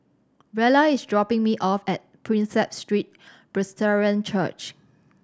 Rella is dropping me off at Prinsep Street Presbyterian Church